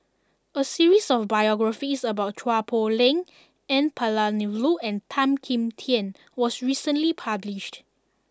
a series of biographies about Chua Poh Leng N Palanivelu and Tan Kim Tian was recently published